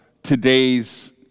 today's